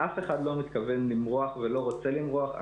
אף אחד לא מתכוון למרוח ולא רוצה למרוח.